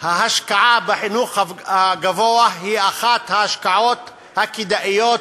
ההשקעה בחינוך הגבוה היא אחת ההשקעות הכדאיות